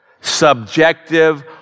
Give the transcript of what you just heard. subjective